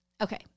Okay